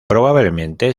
probablemente